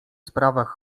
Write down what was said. sprawach